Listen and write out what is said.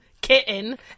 kitten